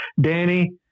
Danny